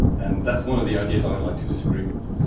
and that's one of the ideas i would like to disagree with.